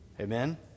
Amen